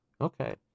Okay